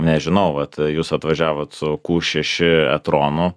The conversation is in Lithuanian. nežinau vat jūs atvažiavot su kū šeši e tronu